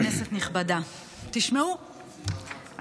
התשפ"ג 2023,